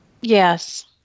Yes